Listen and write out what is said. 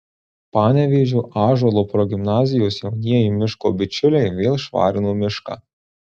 panevėžio ąžuolo progimnazijos jaunieji miško bičiuliai vėl švarino mišką